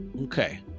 Okay